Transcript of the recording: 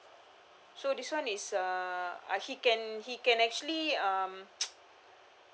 so this [one] is uh he can he can actually um